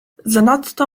zanadto